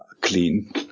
clean